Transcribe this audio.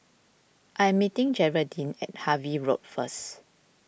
I am meeting Jeraldine at Harvey Road first